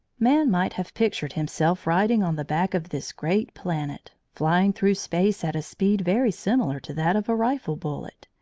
man might have pictured himself riding on the back of this great planet, flying through space at a speed very similar to that of a rifle bullet,